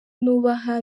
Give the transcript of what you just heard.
nubaha